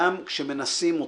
גם כשמנסים אותי,